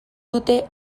dute